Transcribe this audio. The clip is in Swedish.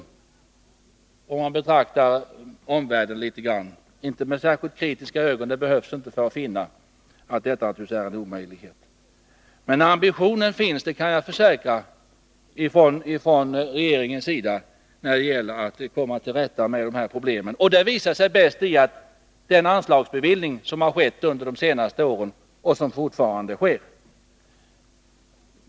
Man behöver inte betrakta omvärlden med särskilt kritiska ögon för att finna att detta är en omöjlighet. Men ambitionen finns från regeringens sida — det kan jag försäkra — att komma till rätta med de här problemen. Det visar sig bäst i den anslagsbevillning som har skett under de senaste åren och som fortfarande sker.